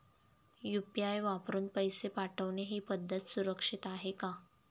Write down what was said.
UPI वापरून पैसे पाठवणे ही पद्धत सुरक्षित आहे का?